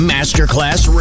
Masterclass